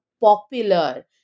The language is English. popular